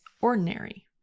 ordinary